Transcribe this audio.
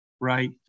right